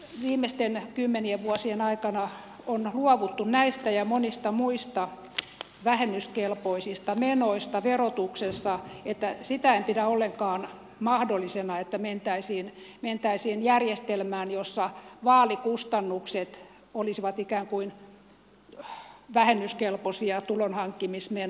viimeisten kymmenien vuosien aikana on luovuttu näistä ja monista muista vähennyskelpoisista menoista verotuksessa joten sitä en pidä ollenkaan mahdollisena että mentäisiin järjestelmään jossa vaalikustannukset olisivat ikään kuin vähennyskelpoisia tulonhankkimismenoja